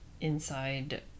inside